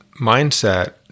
mindset